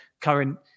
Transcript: current